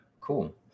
Cool